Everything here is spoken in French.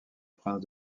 prince